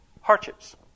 hardships